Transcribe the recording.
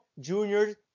Junior